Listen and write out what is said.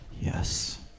Yes